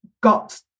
got